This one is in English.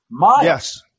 Yes